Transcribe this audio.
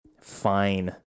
fine